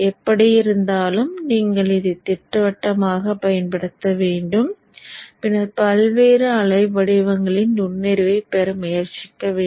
எப்படியிருந்தாலும் இதை நீங்கள் திட்டவட்டமாக பயன்படுத்த வேண்டும் பின்னர் பல்வேறு அலை வடிவங்களின் நுண்ணறிவைப் பெற முயற்சிக்க வேண்டும்